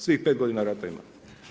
Svih 5 godina rata imam.